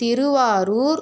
Thiruvarur